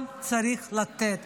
צריך גם לתת.